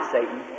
Satan